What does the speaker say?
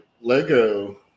Lego